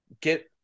get